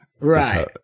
Right